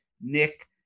nick